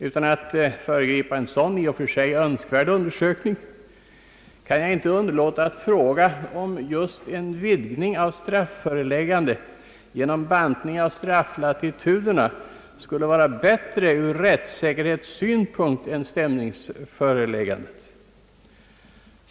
Utan att föregripa en sådan i och för sig önskvärd undersökning, kan jag inte underlåta att spörja, om just en vidgning av strafföreläggandet genom bantning av strafflatituderna skulle vara bättre ur rättssäkerhetssynpunkt än stämningsföreläggandet.